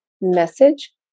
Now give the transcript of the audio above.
message